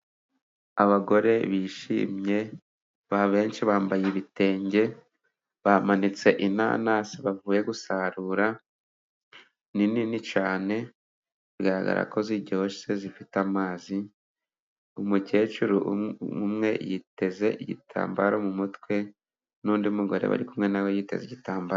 Abagore bishimye benshi bambaye ibitenge bamanitse inanasi bavuye gusarura ni nini cyane bigaragara ko ziryoshye zifite amazi. Umukecuru umwe yiteze igitambaro mu mutwe n'undi mugore bari kumwe nawe we yiteze igitambaro.